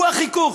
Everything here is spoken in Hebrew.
הוא החיכוך.